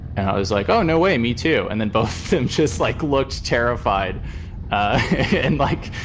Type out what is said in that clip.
and i was like, oh, no way. me too. and then both him just like looks terrified and, like,